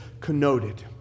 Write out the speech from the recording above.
connoted